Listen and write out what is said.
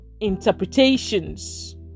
interpretations